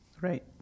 Right